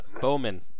Bowman